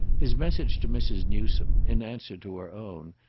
his message to mrs. newsome, in answer to her own,